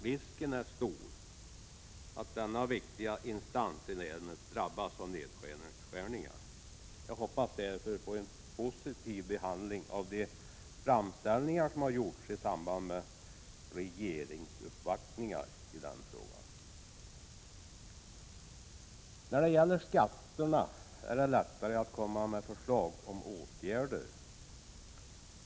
Risken är stor att denna viktiga instans i länet drabbas av nedskärningar. Jag hoppas därför på en positiv behandling av de framställningar i den frågan som har gjorts i samband med regeringsuppvaktningar. När det gäller skatterna är det lättare att komma med förslag till åtgärder.